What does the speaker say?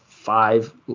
five